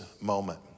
moment